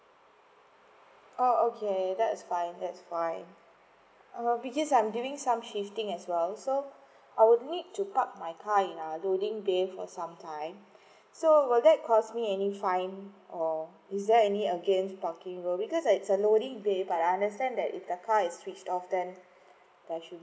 oh okay that's fine that's fine um because I'm giving some shifting as well so I would need to park my car in ah loading bay for some time so will that cost me any fine or is there any against because it's a loading but I understand that if the car is switched off then there shouldn't